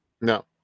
no